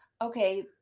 Okay